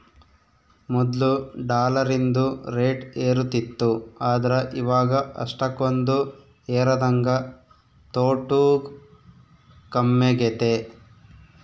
ಮೊದ್ಲು ಡಾಲರಿಂದು ರೇಟ್ ಏರುತಿತ್ತು ಆದ್ರ ಇವಾಗ ಅಷ್ಟಕೊಂದು ಏರದಂಗ ತೊಟೂಗ್ ಕಮ್ಮೆಗೆತೆ